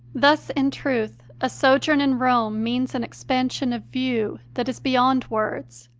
thus, in truth, a sojourn in rome means an expansion of view that is beyond words.